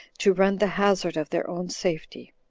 to run the hazard of their own safety.